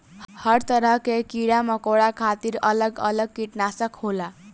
हर तरह के कीड़ा मकौड़ा खातिर अलग अलग किटनासक होला